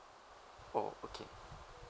oh okay